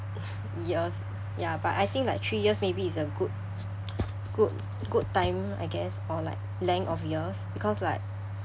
years ya but I think like three years maybe is a good good good time I guess or like length of years because like